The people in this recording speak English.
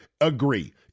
agree